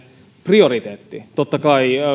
prioriteetti totta kai